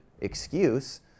excuse